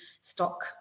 stock